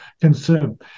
consume